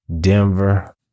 Denver